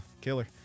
killer